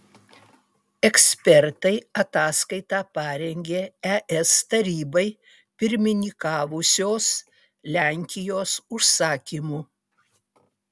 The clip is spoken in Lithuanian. ekspertai ataskaitą parengė es tarybai pirmininkavusios lenkijos užsakymu